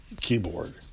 keyboard